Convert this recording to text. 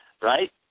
Right